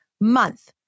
month